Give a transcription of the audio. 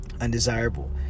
undesirable